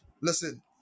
Listen